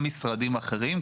גם משרדים אחרים,